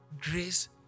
grace